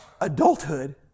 adulthood